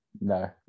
No